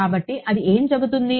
కాబట్టి అది ఏమి చెబుతుంది